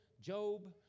Job